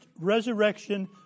resurrection